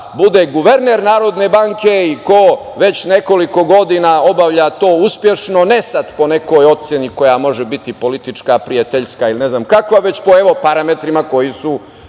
bude guverner Narodne banke i ko već nekoliko godina obavlja to uspešno, ne sad po nekoj oceni koja može biti politička, prijateljska ili ne znam kakva, nego po parametrima koji su